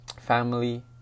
family